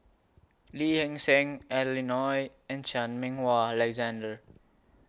Lee Hee Seng Adeline Ooi and Chan Meng Wah Alexander